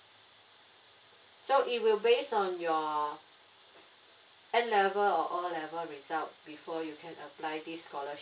so it will based on your N level or O level result before you can apply this scholarship